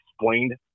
explained